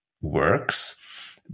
works